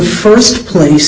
first place